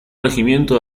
regimiento